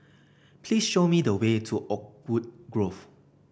please show me the way to Oakwood Grove